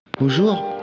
Bonjour